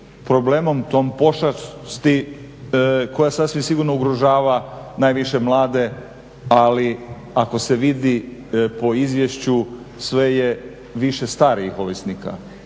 problemom, tom pošasti koja sasvim sigurno ugrožava najviše mlade, ali ako se vidi po izvješću sve je više starijih ovisnika.